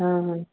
हाँ हाँ